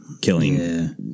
killing